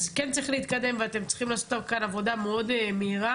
אז כן צריך להתקדם ואתם צריכים לעשות כאן עבודה מאוד מהירה.